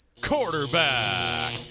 quarterback